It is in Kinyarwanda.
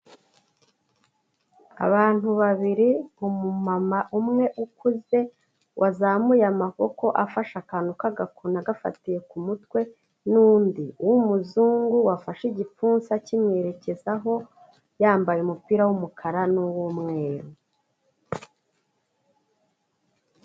Abantu babiri, umumama umwe ukuze, wazamuye amaboko afashe akantu k'agakoni agafatiye ku mutwe n'undi w'umuzungu wafashe igipfunsi akimwerekezaho, yambaye umupira w'umukara n'uw'umweru.